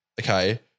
Okay